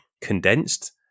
condensed